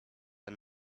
and